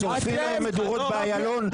שורפי אסמים ומרעילי בארות.